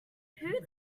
who